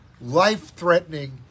life-threatening